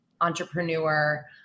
entrepreneur